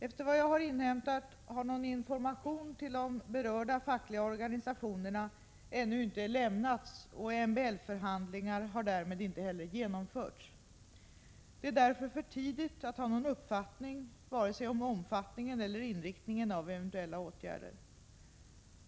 Enligt vad jag inhämtat har någon information till de berörda fackliga organisationerna ännu inte lämnats, och MBL-förhandlingar har därmed inte heller genomförts. Det är därför för tidigt att ha någon uppfattning om vare sig omfattningen eller inriktningen av eventuella åtgärder.